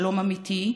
שלום אמיתי,